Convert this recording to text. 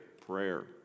prayer